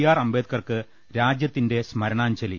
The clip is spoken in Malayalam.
ആർ അംബേ ദ്കർക്ക് രാജ്യത്തിന്റെ സ്മരണാഞ്ജലി